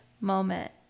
moment